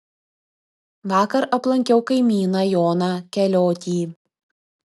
vakar aplankiau kaimyną joną keliotį